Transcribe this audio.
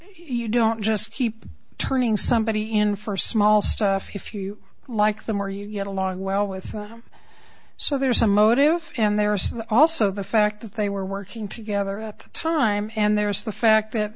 you don't just keep turning somebody in for small stuff if you like them or you get along well with them so there's some motive and there are also the fact that they were working together at the time and there's the fact that